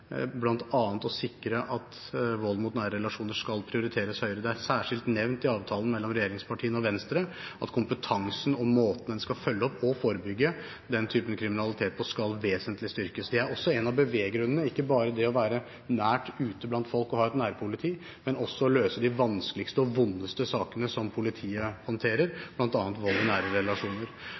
å sikre at vold i nære relasjoner skal prioriteres høyere. Det er særskilt nevnt i avtalen mellom regjeringspartiene og Venstre at kompetansen og måten en skal følge opp og forebygge den typen kriminalitet på, skal vesentlig styrkes. Det er også en av beveggrunnene, ikke bare det å være ute blant folk og ha et nærpoliti, men også å løse de vanskeligste og vondeste sakene som politiet håndterer, bl.a. vold i nære relasjoner.